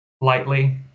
lightly